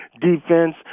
defense